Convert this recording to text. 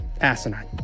asinine